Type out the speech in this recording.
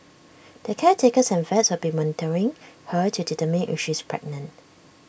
the caretakers and vets will be monitoring her to determine if she is pregnant